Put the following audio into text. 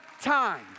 time